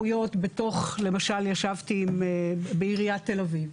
למשל ישבתי בעיריית תל אביב,